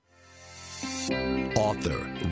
Author